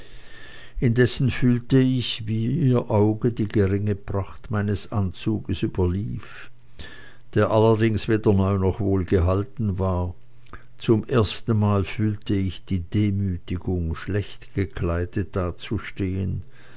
indessen fühlte ich wie ihr auge die geringe pracht meines anzuges überlief der allerdings weder neu noch wohlgehalten war zum ersten mal fühlte ich die demütigung schlecht gekleidet dazustehen